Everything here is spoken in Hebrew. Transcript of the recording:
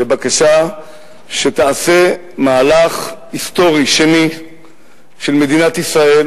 בבקשה שתעשה מהלך היסטורי שני של מדינת ישראל.